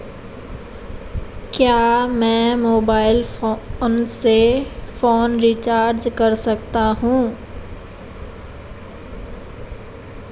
क्या मैं mobile phone से फोन रिचार्ज कर सकता हूं?